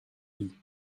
vie